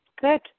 good